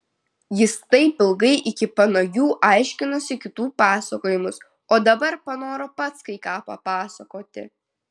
jis taip ilgai iki panagių aiškinosi kitų pasakojimus o dabar panoro pats kai ką papasakoti